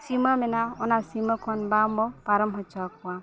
ᱥᱤᱢᱟᱹ ᱢᱮᱱᱟᱜᱼᱟ ᱚᱱᱟ ᱥᱤᱢᱟᱹ ᱠᱷᱚᱱ ᱵᱟᱝᱵᱚᱱ ᱯᱟᱨᱚᱢ ᱦᱚᱪᱚ ᱟᱠᱚᱣᱟ